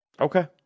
Okay